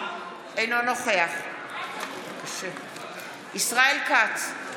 אינו נוכח ישראל כץ,